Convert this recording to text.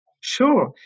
Sure